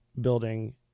building